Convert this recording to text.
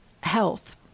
Health